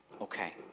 okay